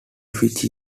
which